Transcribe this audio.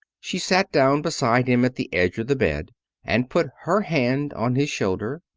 she sat down beside him at the edge of the bed and put her hand on his shoulder,